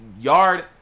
Yard